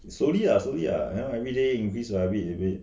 slowly lah slowly lah then everyday increase by a bit a bit